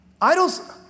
Idols